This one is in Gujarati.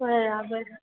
બરાબર